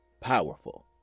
Powerful